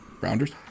Rounders